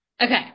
Okay